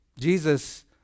Jesus